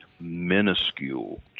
minuscule